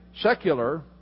secular